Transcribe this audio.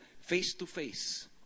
face-to-face